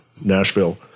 Nashville